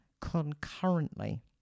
concurrently